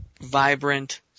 vibrant